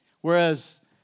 Whereas